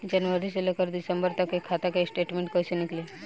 जनवरी से लेकर दिसंबर तक के खाता के स्टेटमेंट कइसे निकलि?